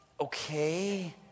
okay